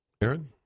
Aaron